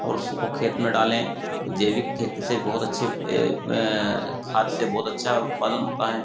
और उसको खेत में डालें तो जैविक खेती से बहुत अच्छी खाद से बहुत अच्छा उत्पादन होता है